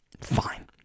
fine